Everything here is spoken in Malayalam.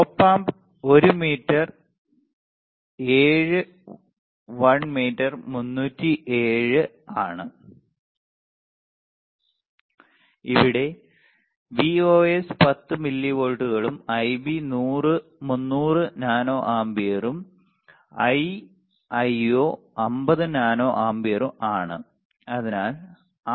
Op Amp l m ഏഴ് l m 307 ആണ് ഇവിടെ Vos 10 മില്ലിവോൾട്ടുകളും Ib 300 നാനോ ആമ്പിയർഉം Iio 50 നാനോ ആമ്പിയർ ആണ്